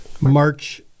March